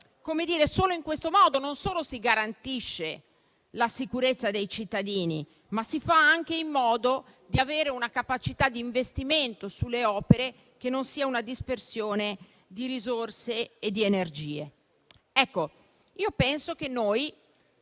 viadotti. Solo in questo modo non solo si garantisce la sicurezza dei cittadini, ma si fa anche in modo di avere una capacità di investimento sulle opere che non sia una dispersione di risorse e di energie. Ci tengo a dire